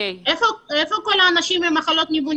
מה עם כל האנשים החולים?